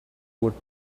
would